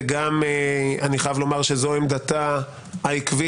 וגם אני חייב לומר שזו עמדתה העקבית